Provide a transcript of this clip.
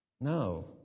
No